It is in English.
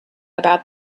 about